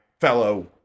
fellow